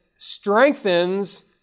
strengthens